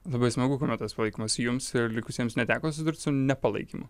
labai smagu kuomet tas palaikymas jums likusiems neteko susidurt su nepalaikymu